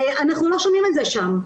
אנחנו לא שומעים את זה שם.